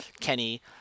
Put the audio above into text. Kenny